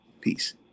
Peace